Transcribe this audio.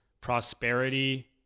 prosperity